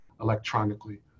electronically